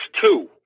two